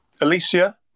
Alicia